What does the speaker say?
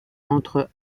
entre